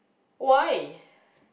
why